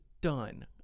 done